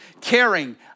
Caring